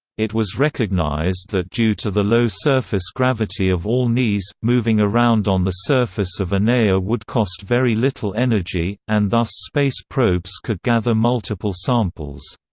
it was recognised that due to the low surface gravity of all neas, moving around on the surface of a nea would cost very little energy, and thus space probes could gather multiple samples.